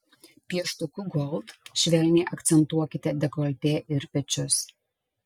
pieštuku gold švelniai akcentuokite dekoltė ir pečius